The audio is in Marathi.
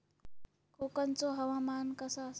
कोकनचो हवामान कसा आसा?